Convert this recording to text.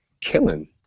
killing